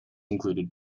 included